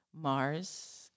Mars